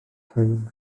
teim